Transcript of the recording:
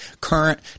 current